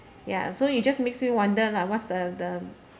ya so it just makes me wonder lah what's the the